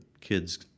kids